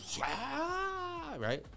right